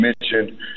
mentioned